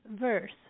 verse